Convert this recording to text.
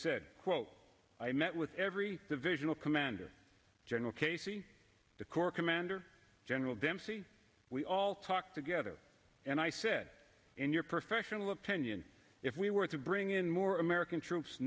said quote i met with every divisional commander general casey the corps commander general dempsey we all talked together and i said in your professional opinion if we were to bring in more american troops